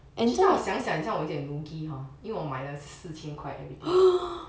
actually 这样想想一下我很想有一点 lugi hor 因为我买了四千块 everything